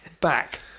back